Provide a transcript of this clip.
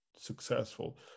successful